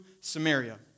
Samaria